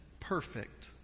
perfect